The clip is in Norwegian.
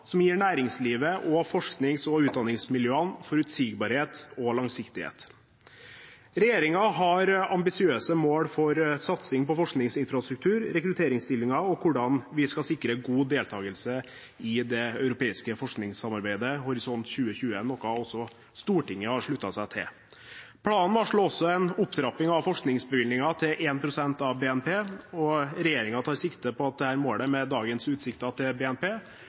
som gir næringslivet og forsknings- og utdanningsmiljøene forutsigbarhet og langsiktighet. Regjeringen har ambisiøse mål for satsing på forskningsinfrastruktur, rekrutteringsstillinger og hvordan vi skal sikre god deltagelse i det europeiske forskningssamarbeidet Horisont 2020, noe også Stortinget har sluttet seg til. Planen varsler også en opptrapping av forskningsbevilgningen til 1 pst. av BNP, og regjeringen tar sikte på at dette målet, med dagens utsikter til BNP,